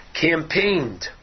campaigned